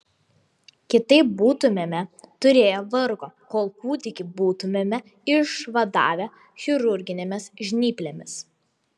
kitaip būtumėme turėję vargo kol kūdikį būtumėme išvadavę chirurginėmis žnyplėmis